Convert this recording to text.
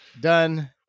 Done